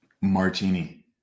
Martini